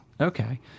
Okay